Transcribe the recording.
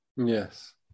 Yes